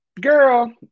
Girl